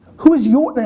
who is your ah,